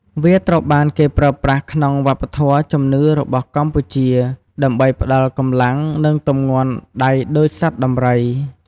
វាត្រូវបានគេប្រើប្រាស់ក្នុងវប្បធម៌ជំនឿរបស់កម្ពុជា ដើម្បីផ្តល់កម្លាំង និងទម្ងន់ដៃដូចសត្វដំរី។